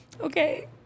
Okay